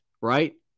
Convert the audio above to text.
right